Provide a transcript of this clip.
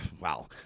wow